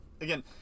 Again